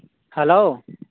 hello